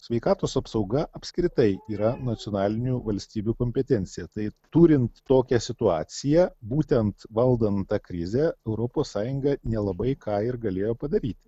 sveikatos apsauga apskritai yra nacionalinių valstybių kompetencija tai turint tokią situaciją būtent valdant tą krizę europos sąjunga nelabai ką ir galėjo padaryt